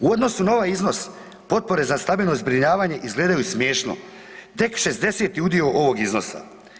U odnosu na ovaj iznos potpore za stambeno zbrinjavanje izgledaju smiješno, tek 60. udio ovog iznosa.